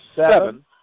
Seven